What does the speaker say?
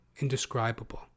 indescribable